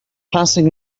passing